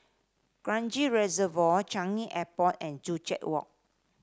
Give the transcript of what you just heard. Kranji Reservoir Changi Airport and Joo Chiat Walk